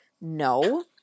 No